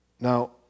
Now